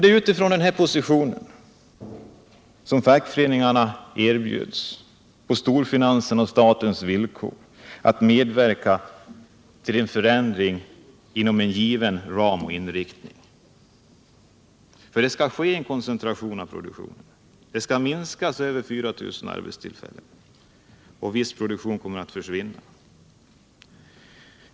Det är utifrån denna position som fackföreningen, på storfinansens och statens villkor, erbjuds att medverka till en förändring inom en given ram och inriktning. För det skall ske en koncentration av produktionen. Sysselsättningen skall minskas med över 4000 arbetstillfällen. Viss produktion kommer att försvinna.